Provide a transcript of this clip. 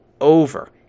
over